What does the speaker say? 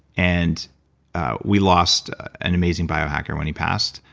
and we lost an amazing biohacker when he passed.